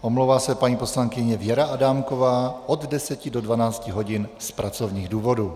Omlouvá se paní poslankyně Věra Adámková od 10 do 12 hodin z pracovních důvodů.